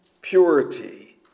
Purity